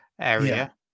area